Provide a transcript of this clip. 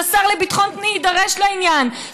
שהשר לביטחון פנים יידרש לעניין,